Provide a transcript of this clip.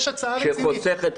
יש הצעה רצינית.